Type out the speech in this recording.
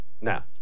Now